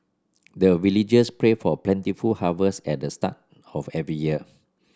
the villagers pray for plentiful harvest at the start of every year